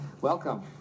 Welcome